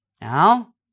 Now